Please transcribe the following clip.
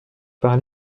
par